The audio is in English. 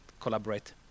collaborate